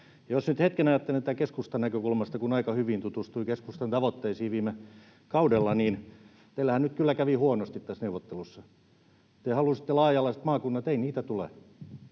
Jos nyt hetken ajattelen tätä keskustan näkökulmasta, kun aika hyvin tutustuin keskustan tavoitteisiin viime kaudella, niin teillähän kyllä kävi huonosti tässä neuvottelussa. Te halusitte laaja-alaiset maakunnat — ei niitä tule.